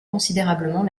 considérablement